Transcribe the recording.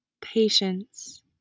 patience